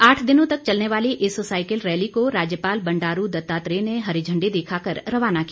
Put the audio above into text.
आठ दिनों तक चलने वाली इस साइकिल रैली को राज्यपाल बंडारू दत्तात्रेय ने हरी झंडी दिखाकर रवाना किया